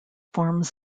forms